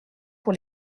pour